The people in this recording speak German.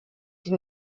die